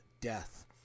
death